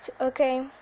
Okay